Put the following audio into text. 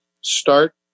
start